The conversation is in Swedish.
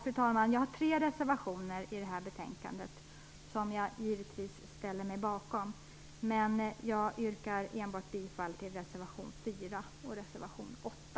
Jag ställer mig bakom tre reservationer i detta betänkande, men jag yrkar bifall endast till reservationerna 4 och 8.